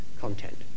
content